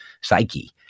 psyche